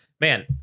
Man